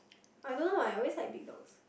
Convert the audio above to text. I don't know why I always like big dogs